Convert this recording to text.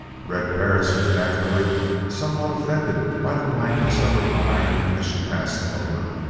red perris was naturally somewhat offended by the blankness of her eye as she passed him over.